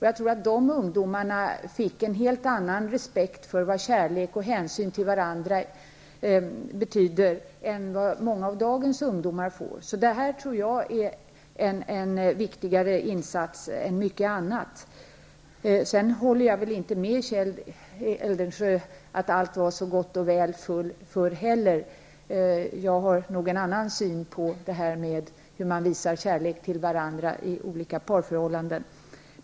Jag tror att de ungdomarna fick en helt annan respekt för vad kärlek och hänsyn till varandra betyder än vad många av dagens ungdomar får. Detta tror jag är en viktigare insats än mycket annat. Jag håller inte med Kjell Eldensjö om att allt var så gott och väl förr. Jag har nog en annan syn på hur man visar kärlek till varandra i olika parförhållanden.